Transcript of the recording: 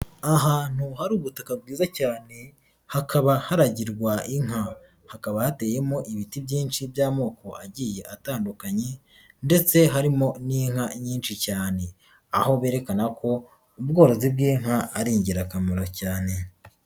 Ahantu hari ubutaka bwiza cyane hakaba haragirwa inka, hakaba hateyemo ibiti byinshi by'amoko agiye atandukanye ndetse harimo n'inka nyinshi cyane. aho berekana ko ubworozi bw'inka ari ingirakamaro cyane.